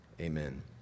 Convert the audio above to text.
Amen